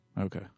Okay